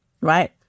right